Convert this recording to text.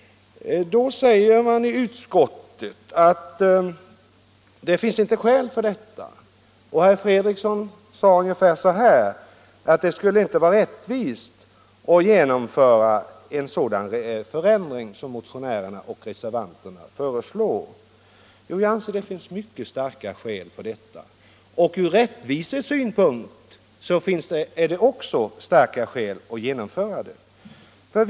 Utskottet anför att det inte finns skäl för en sådan ändring, och herr Fredriksson sade ungefär så att det inte skulle vara rättvist att genomföra motionärernas och reservanternas förslag. Jo, jag anser att det finns mycket starka skäl för detta, och från rättvisesynpunkt är det mycket angeläget att genomföra förslaget.